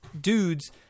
dudes